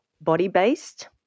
body-based